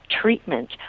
treatment